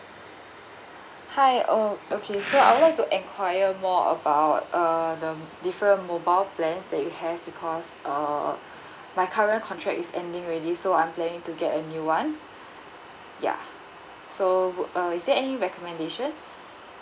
hi oh okay so I would like to inquire more about uh the different mobile plans that you have because uh my current contract is ending already so I'm planning to get a new one ya so go~ uh is there any recommendations